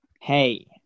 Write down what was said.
Hey